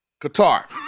Qatar